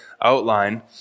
outline